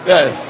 Yes